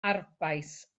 arfbais